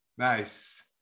Nice